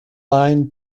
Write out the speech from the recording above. line